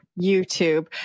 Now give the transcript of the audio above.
YouTube